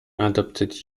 adopted